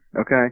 okay